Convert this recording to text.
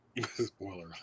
Spoiler